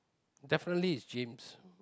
definitely it's gyms